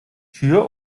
tür